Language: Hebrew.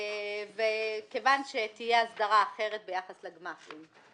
כיוון שתהיה הסדרה אחרת ביחס לגמ"חים.